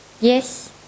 Yes